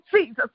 Jesus